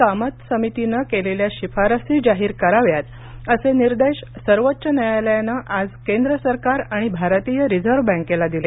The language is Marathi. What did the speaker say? कामत समितीनं केलेल्या शिफारसी जाहीर कराव्यात असे निर्देश सर्वोच्च न्यायालयानं आज केंद्र सरकार आणि भारतीय रिझर्व्ह बँकेला दिले